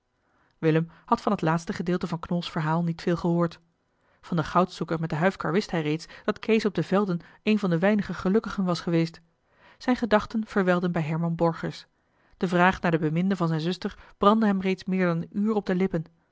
willem had van het laatste gedeelte van knols verhaal niet veel gehoord van den goudzoeker met de huifkar wist hij reeds dat kees op de velden een van de weinige gelukkigen was geweest zijne gedachten verwijlden bij herman borgers de vraag naar den beminde van zijne zuster brandde hem reeds meer dan een uur op de lippen